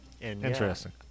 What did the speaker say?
Interesting